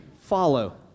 follow